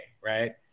right